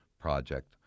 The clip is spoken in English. project